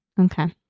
Okay